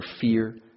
fear